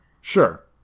Sure